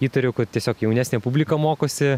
įtariu kad tiesiog jaunesnė publika mokosi